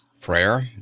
Prayer